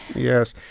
yes.